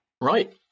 Right